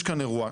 יש כאן אירוע,